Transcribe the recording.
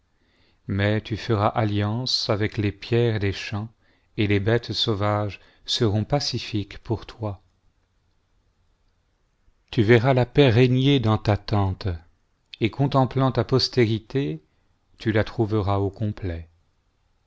mais tu feras alliance avec les pierres des champs et les bêtes sauvages seront pacifiques pour toi tu verras la paix régner dans ta tente et contemplant ta prospérité tu la trouveras au complet